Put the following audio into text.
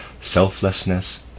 selflessness